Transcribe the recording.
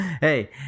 Hey